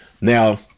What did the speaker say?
Now